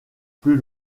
plus